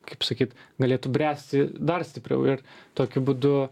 kaip sakyt galėtų bręsti dar stipriau ir tokiu būdu